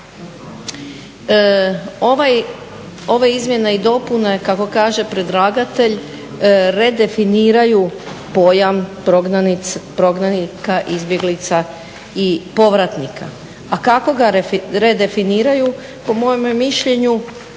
Ove izmjene i dopune kako kaže predlagatelj redefiniraju pojam prognanika, izbjeglica i povratnika, a kako ga redefiniraju po mome mišljenju